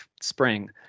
spring